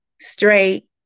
straight